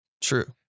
True